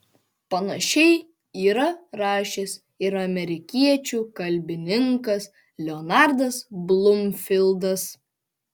panašiai yra rašęs ir amerikiečių kalbininkas leonardas blumfildas